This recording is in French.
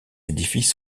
édifices